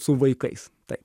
su vaikais taip